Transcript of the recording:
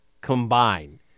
combine